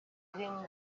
dream